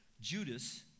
Judas